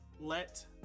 let